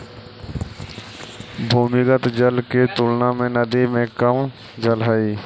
भूमिगत जल के तुलना में नदी में कम जल हई